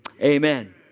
Amen